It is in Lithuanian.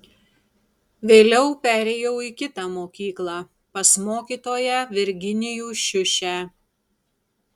vėliau perėjau į kitą mokyklą pas mokytoją virginijų šiušę